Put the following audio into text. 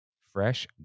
Fresh